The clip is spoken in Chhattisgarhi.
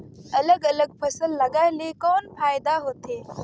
अलग अलग फसल लगाय ले कौन फायदा होथे?